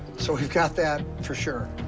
so we've got that for sure.